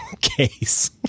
case